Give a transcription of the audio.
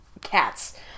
Cats